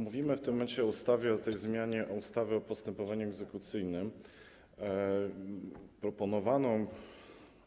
Mówimy w tym momencie o projekcie ustawy o zmianie ustawy o postępowaniu egzekucyjnym proponowanym